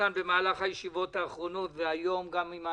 כאן במהלך הישיבות האחרונות וגם היום?